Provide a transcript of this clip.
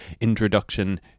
introduction